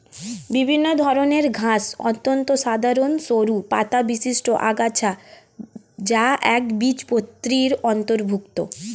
বিভিন্ন ধরনের ঘাস অত্যন্ত সাধারণ সরু পাতাবিশিষ্ট আগাছা যা একবীজপত্রীর অন্তর্ভুক্ত